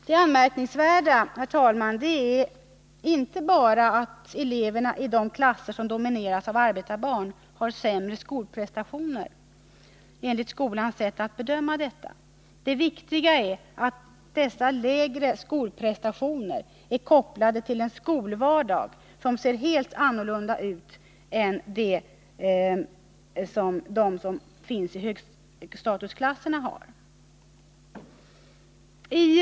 Det anmärkningsvärda är, herr talman, inte bara att eleverna i de klasser som domineras av arbetarbarn har sämre skolprestationer enligt skolans sätt att bedöma detta. Det viktiga är att dessa lägre skolprestationer är kopplade till en skolvardag som ser helt annorlunda ut än i de s.k. högstatusklasserna.